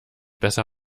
besser